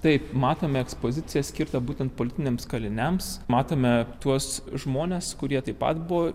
taip matome ekspoziciją skirtą būtent politiniams kaliniams matome tuos žmones kurie taip pat buvo